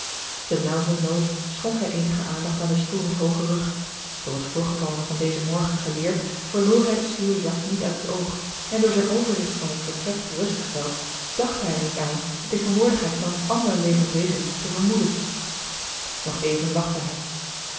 nauwernood schonk hij eenige aandacht aan den stoel met hoogen rug door het voorgevallene van dezen morgen geleerd verloor hij den sluwen jacques niet uit het oog en door zijn overzigt van het vertrek gerustgesteld dacht hij er niet aan de tegenwoordigheid van een ander levend wezen te vermoeden nog even wachtte hij